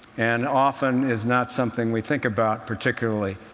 and often is not something we think about particularly.